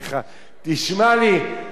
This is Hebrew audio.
אתה חבר וידיד,